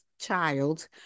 child